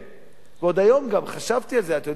ועוד היום גם חשבתי על זה: אתם יודעים, פעם,